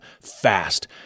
fast